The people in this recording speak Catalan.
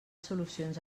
solucions